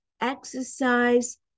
exercise